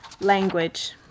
language